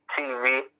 TV